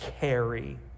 carry